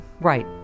Right